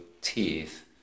teeth